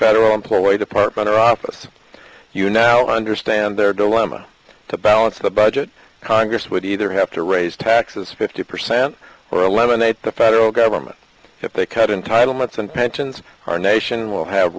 federal employee department or office you now understand their dilemma to balance the budget congress would either have to raise taxes fifty percent or a lemonade the federal government if they cut entitlements and pensions our nation will have